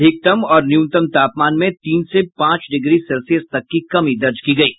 अधिकतम और न्यूनतम तापमान में तीन से पांच डिग्री सेल्सियस तक की कमी दर्ज की गयी है